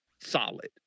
solid